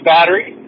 Battery